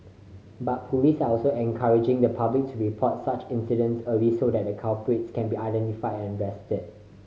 but police also encouraging the public to report such incidents early so that culprits can be identified and arrested